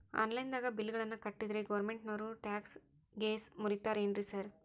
Online ದಾಗ bill ಗಳನ್ನಾ ಕಟ್ಟದ್ರೆ ಗೋರ್ಮೆಂಟಿನೋರ್ ಟ್ಯಾಕ್ಸ್ ಗೇಸ್ ಮುರೇತಾರೆನ್ರಿ ಸಾರ್?